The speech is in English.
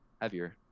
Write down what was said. heavier